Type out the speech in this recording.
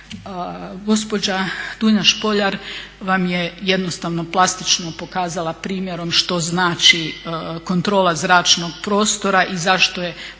Gospođa Dunja Špoljar vam je jednostavno plastično pokazala primjerom što znači kontrola zračnog prostora i zašto je